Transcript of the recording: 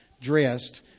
dressed